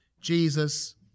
Jesus